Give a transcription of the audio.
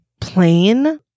plain